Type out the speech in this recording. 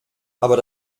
aber